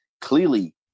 clearly